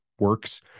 Works